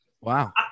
Wow